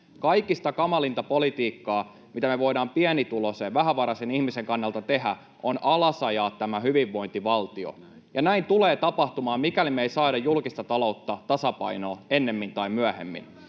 Kaikista kamalinta politiikkaa, mitä me voidaan pienituloisen, vähävaraisen ihmisen kannalta tehdä, on alasajaa tämä hyvinvointivaltio. Ja näin tulee tapahtumaan, mikäli me ei saada julkista taloutta tasapainoon ennemmin tai myöhemmin.